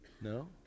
No